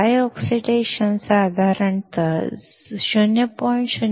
dry oxide साधारण ०